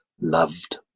loved